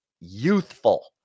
youthful